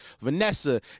Vanessa